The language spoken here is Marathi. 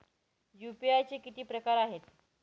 यू.पी.आय चे किती प्रकार आहेत?